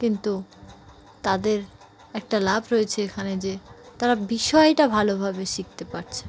কিন্তু তাদের একটা লাভ রয়েছে এখানে যে তারা বিষয়টা ভালোভাবে শিখতে পারছে